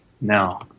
No